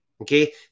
okay